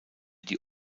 die